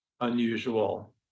unusual